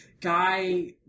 guy